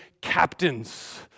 captains